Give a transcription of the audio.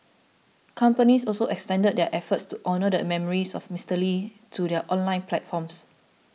companies also extended their efforts to honour the memories of Mister Lee to their online platforms